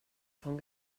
von